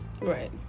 right